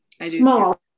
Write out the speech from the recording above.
Small